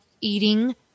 eating